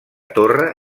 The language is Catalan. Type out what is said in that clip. torre